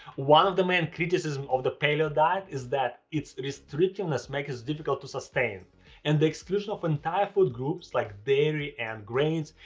one of the main criticisms of the paleo diet is that its restrictiveness makes it difficult to sustain and the exclusion of entire food groups, like dairy and grains,